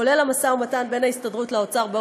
כולל המשא ומתן בין ההסתדרות לאוצר,